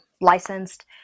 licensed